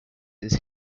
his